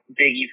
Biggie